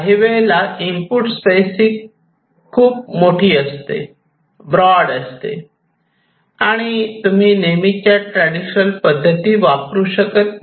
काही वेळेस input space ही खूप मोठी असते ब्रॉड असते आणि तुम्ही नेहमीच्या ट्रॅडिशनल पद्धती वापरू शकत नाही